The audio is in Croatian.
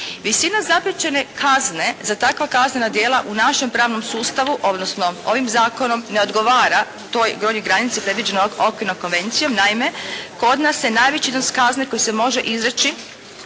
Visina zapriječene kazne za takva kaznena djela u našem pravnom sustavu odnosno ovim zakonom ne odgovara toj gornjoj granici predviđenoj okvirnom konvencijom. Naime, kod nas je najveći iznos kazne koji se može izreći